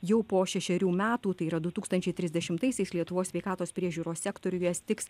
jau po šešerių metų tai yra du tūkstančiai trisdešimtaisiais lietuvos sveikatos priežiūros sektoriuje stigs